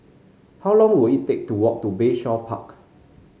how long will it take to walk to Bayshore Park